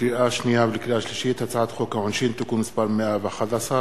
לקריאה שנייה ולקריאה שלישית: הצעת חוק העונשין (תיקון מס' 111),